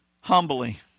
humbly